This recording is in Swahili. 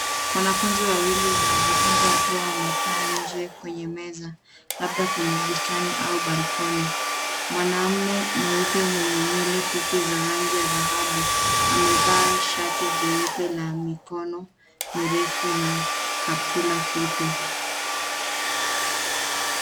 Wanafunzi wawili wanajifunza wakiwa wamekaa nje kwenye meza labda kwenye bustani au [cs ] balcony[cs ]. Mwanamme mweupe mwenye nywele fupi za rangi ya dhahabu amevaa shati jeupe la mikono mirefu na kaptura fupi.